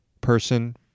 person